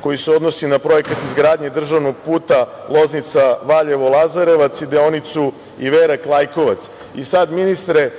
koji se odnosi na projekat izgradnje državnog puta Loznica-Valjevo-Lazarevac i deonicu Iverak-Lajkovac.I,